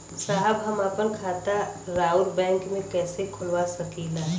साहब हम आपन खाता राउर बैंक में कैसे खोलवा सकीला?